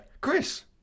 chris